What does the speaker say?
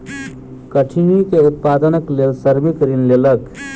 कठिनी के उत्पादनक लेल श्रमिक ऋण लेलक